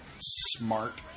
smart